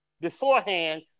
beforehand